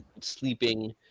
sleeping